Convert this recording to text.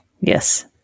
Yes